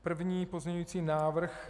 První pozměňující návrh.